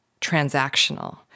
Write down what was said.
transactional